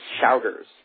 shouters